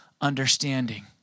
understanding